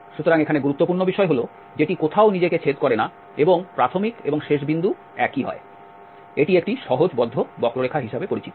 সুতরাং এখানে গুরুত্বপূর্ণ বিষয় হল যেটি কোথাও নিজেকে ছেদ করে না এবং প্রাথমিক এবং শেষ বিন্দু একই এটি একটি সহজ বদ্ধ বক্ররেখা হিসাবে পরিচিত